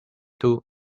too